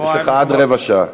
יש לך עד רבע שעה.